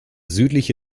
südliche